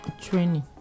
training